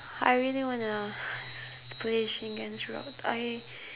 I really wanna play shingen's route I